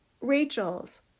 Rachel's